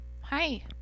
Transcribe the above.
Hi